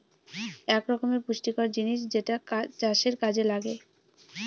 এক রকমের পুষ্টিকর জিনিস যেটা চাষের কাযে লাগে